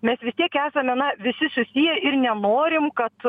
mes vis tiek esame na visi susiję ir nenorim kad